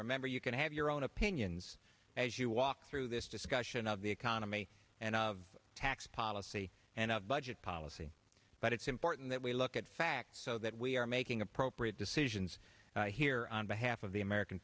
remember you can have your own opinions as you walk through this discussion of the economy and of tax policy and of budget policy but it's important and that we look at facts so that we are making appropriate decisions here on behalf of the american